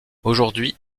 aujourd’hui